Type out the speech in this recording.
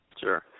Sure